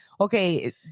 Okay